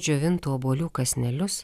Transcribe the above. džiovintų obuolių kąsnelius